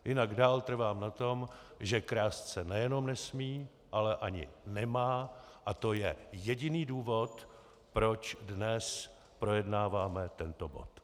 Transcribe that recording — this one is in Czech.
Jinak dál trvám na tom, že krást se nejenom nesmí, ale ani nemá, a to je jediný důvod, proč dnes projednáváme tento bod.